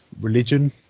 religion